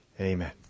Amen